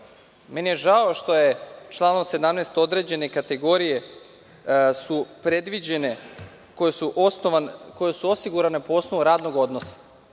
mi je što su članom 17. određene kategorije predviđene koje su osigurane po osnovu radnog odnosa.